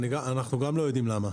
אנחנו גם לא יודעים למה.